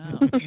Wow